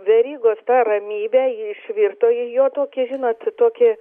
verygos ramybė ji išvirto į jo tokį žinot tokį